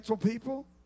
people